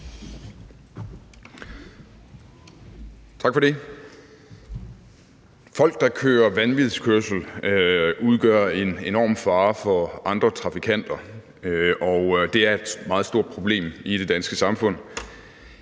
Folk, der kører vanvidskørsel, udgør en enorm fare for andre trafikanter, og det er et meget stort problem i det danske samfund.